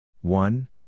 one